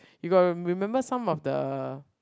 you got to remember some of the